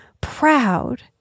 proud